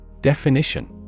Definition